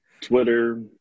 Twitter